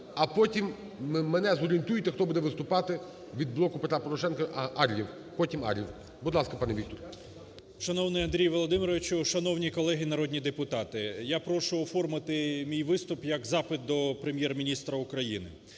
А потім мене зорієнтуйте хто буде виступати від "Блоку Петра Порошенка". Ар'єв, потім – Ар'єв. Будь ласка, пане Віктор. 11:24:13 ГАЛАСЮК В.В. Шановний Андрію Володимировичу, шановні колеги народні депутати, я прошу оформити мій виступ як запит до Прем'єр-міністра України.